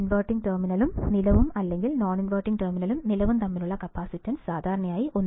inverting ടെർമിനലും നിലവും അല്ലെങ്കിൽ നോൺഇൻവെർട്ടിംഗ് ടെർമിനലും നിലവും തമ്മിലുള്ള കപ്പാസിറ്റൻസിന് സാധാരണയായി 1